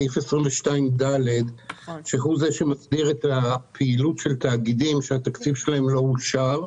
סעיף 22(ד) שהוא זה שמסדיר את הפעילות של תאגידים שהתקציב שלהם לא אושר,